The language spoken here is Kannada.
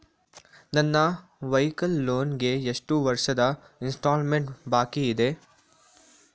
ನನ್ನ ವೈಕಲ್ ಲೋನ್ ಗೆ ಎಷ್ಟು ವರ್ಷದ ಇನ್ಸ್ಟಾಲ್ಮೆಂಟ್ ಬಾಕಿ ಇದೆ?